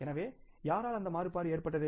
எனவே யாரால் அந்த மாறுபாடு ஏற்பட்டது